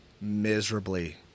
miserably